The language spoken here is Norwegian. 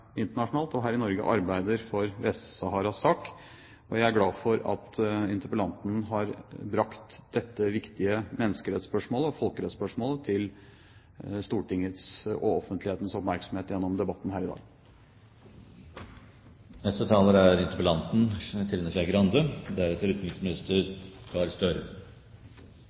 internasjonalt og her i Norge arbeider for Vest-Saharas sak, og jeg er glad for at interpellanten har brakt dette viktige menneskerettsspørsmålet og folkerettsspørsmålet til Stortingets og offentlighetens oppmerksomhet gjennom debatten her i dag.